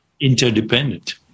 interdependent